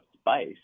spice